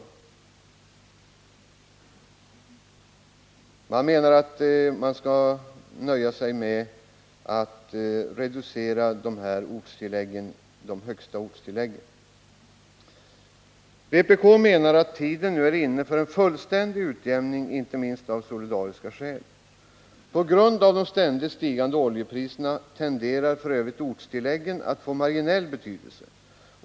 Enligt socialdemokraterna skall man nöja sig med en reduktion av de högsta ortstilläggen. Vpk menar att tiden nu är inne för en fullständig utjämning, inte minst av solidaritetsskäl. 3 På grund av de ständigt stigande oljepriserna tenderarf. ö. ortstilläggen att få marginell betydelse.